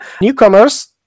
newcomers